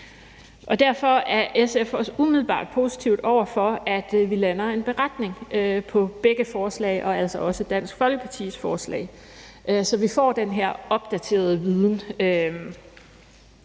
Derfor er vi i SF også umiddelbart positive over for, at vi lander en beretning på begge forslag, altså også Dansk Folkepartis forslag – så vi får den her opdaterede viden.